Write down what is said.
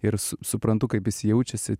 ir suprantu kaip jis jaučiasi